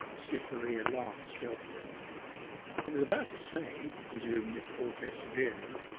cytherea laughed stealthily. i was about to say resumed miss aldclyffe severely,